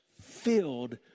filled